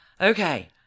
Okay